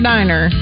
Diner